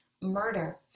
murder